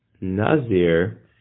Nazir